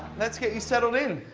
let's get you settled in.